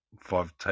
five